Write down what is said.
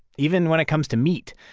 even when it comes to meat.